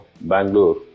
Bangalore